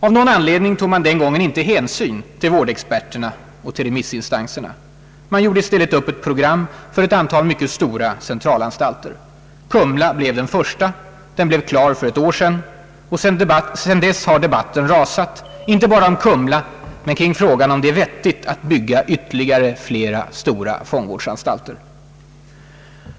Av någon anledning tog man den gången inte hänsyn till vårdexperterna och remissinstanserna. Man gjorde i stället upp ett program för ett antal mycket stora centralanstalter. Kumla blev den första. Den blev klar för ett år sedan, och sedan dess har debatten rasat, inte bara om Kumla men kring frågan om det är vettigt att bygga ytterligare flera stora fångvårdsanstalter.